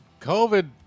covid